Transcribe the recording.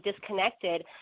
disconnected